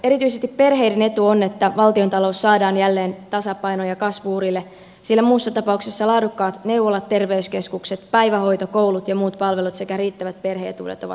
erityisesti perheiden etu on että valtiontalous saadaan jälleen tasapainoon ja kasvu urille sillä muussa tapauksessa laadukkaat neuvolat terveyskeskukset päivähoito koulut ja muut palvelut sekä riittävät perhe etuudet ovat vaarassa